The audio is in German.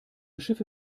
schiffe